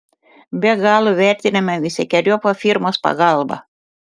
be galo vertiname visokeriopą firmos pagalbą